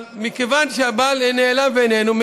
אבל מכיוון שהבעל נעלם ואיננו,